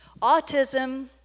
Autism